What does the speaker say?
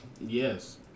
Yes